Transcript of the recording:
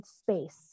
space